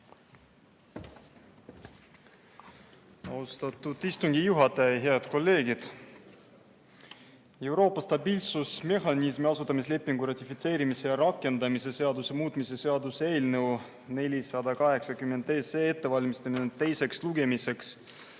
Austatud istungi juhataja! Head kolleegid! Euroopa stabiilsusmehhanismi asutamislepingu ratifitseerimise ja rakendamise seaduse muutmise seaduse eelnõu 480 ettevalmistamine teiseks lugemiseks